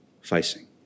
facing